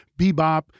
bebop